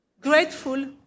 grateful